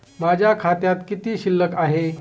माझ्या खात्यात किती शिल्लक आहे?